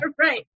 Right